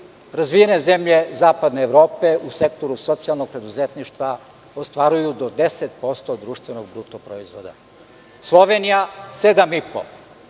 razvijene zemlje Zapadne Evrope u sektoru socijalnog preduzetništva ostvaruju do 10% društvenog bruto proizvoda. Slovenija 7,5%.